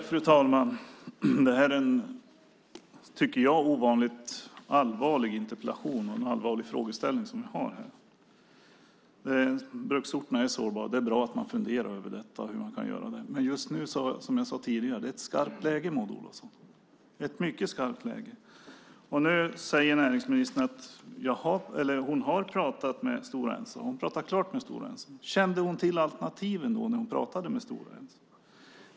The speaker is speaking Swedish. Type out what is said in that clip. Fru talman! Jag tycker att det här är en ovanligt allvarlig interpellation, och det är en allvarlig frågeställning som jag tar upp här. Bruksorterna är sårbara. Det är bra att man funderar på vad man kan göra. Men just nu är det, som jag sade tidigare, ett skarpt läge, Maud Olofsson. Det är ett mycket skarpt läge. Nu säger näringsministern att hon har pratat med Stora Enso. Hon har pratat klart med Stora Enso. Kände hon till alternativen när hon pratade med Stora Enso?